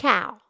Cow